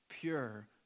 pure